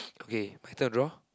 okay my turn draw